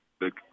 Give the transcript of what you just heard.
look